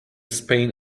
spain